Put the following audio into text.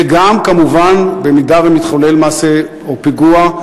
וגם כמובן אם מתחולל מעשה או פיגוע,